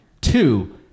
Two